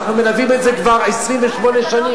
אנחנו מלווים את זה כבר 28 שנים,